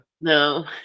No